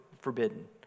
forbidden